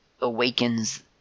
awakens